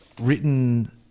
written